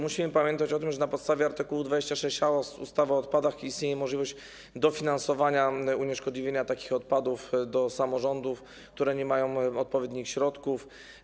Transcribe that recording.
Musimy pamiętać o tym, że na podstawie art. 26a ustawy o odpadach istnieje możliwość dofinansowania unieszkodliwienia takich odpadów dla samorządów, które nie mają odpowiednich środków.